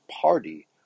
party